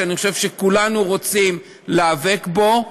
שאני חושב שכולנו רוצים להיאבק בו.